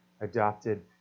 adopted